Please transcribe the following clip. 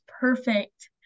perfect